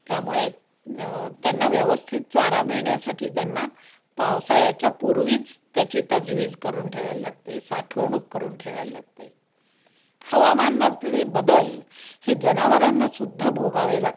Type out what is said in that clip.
त्यामुळे त्यांना व्यवस्थित चारा मिळण्यासाठी त्यांना पावसाळ्याच्या पूर्वीच त्याची तजवीज करून ठेवायला लागते साठवणूक करून ठेवायला लागते हवामानातले बदल हे जनावरांनासुद्धा भोगावे लागतात